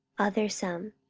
other some,